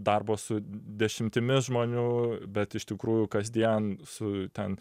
darbo su dešimtimis žmonių bet iš tikrųjų kasdien su ten